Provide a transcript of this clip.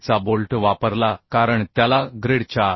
चा बोल्ट वापरला कारण त्याला ग्रेड 4